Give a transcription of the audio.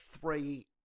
three